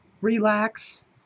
relax